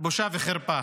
בושה וחרפה.